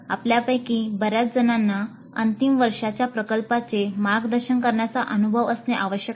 आपल्यापैकी बर्याचजणांना अंतिम वर्षाच्या प्रकल्पाचे मार्गदर्शन करण्याचा अनुभव असणे आवश्यक आहे